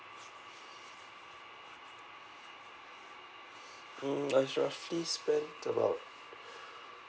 mm I roughly spend about